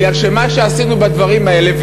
כי מה שעשינו בדברים האלה,